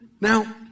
Now